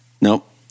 nope